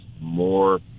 more